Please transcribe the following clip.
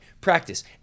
practice